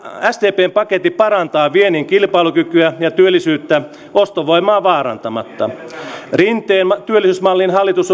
sdpn paketti parantaa viennin kilpailukykyä ja työllisyyttä ostovoimaa vaarantamatta rinteen työllisyysmalliin hallitus